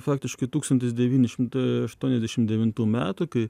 faktiškai tūkstantis devyni šimtai aštuoniasdešim devintų metų kai